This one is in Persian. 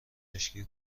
مشکی